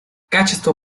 качество